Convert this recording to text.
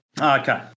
Okay